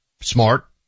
smart